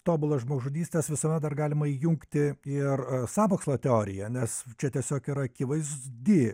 tobulas žmogžudystes visuomet dar galima įjungti ir sąmokslo teoriją nes čia tiesiog yra akivaizdi